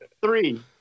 Three